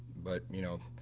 but, you know,